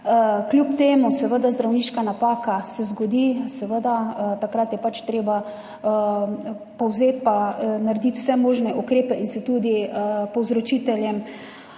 Kljub temu se zdravniška napaka zgodi, seveda, takrat je pač treba povzeti pa narediti vse možne ukrepe in se tudi prizadetim